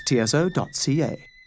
tso.ca